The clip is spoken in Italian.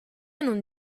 non